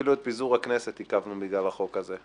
אפילו את פיזור הכנסת עיכבנו בגלל החוק הזה,